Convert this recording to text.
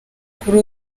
kuri